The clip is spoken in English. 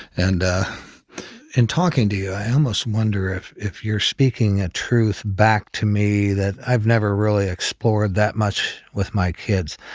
and in talking to you, i almost wonder if if you're speaking a truth back to me that i've never really explored that much with my kids.